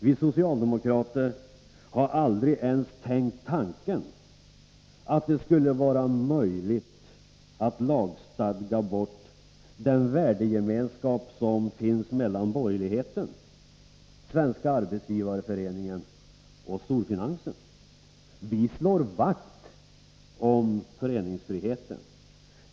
Vi socialdemokrater har aldrig ens tänkt tanken att det skulle vara möjligt att lagstadga bort den värdegemenskap som finns mellan borgerligheten, Svenska arbetsgivareföreningen och storfinansen. Vi slår vakt om föreningsfriheten.